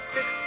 Six